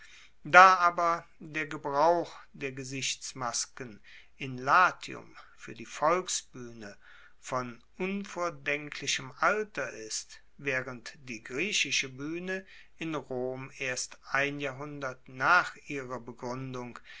da aber der gebrauch der gesichtsmasken in latium fuer die volksbuehne von unvordenklichem alter ist waehrend die griechische buehne in rom erst ein jahrhundert nach ihrer begruendung